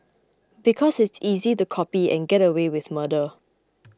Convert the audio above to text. because it's easy to copy and get away with murder